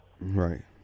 Right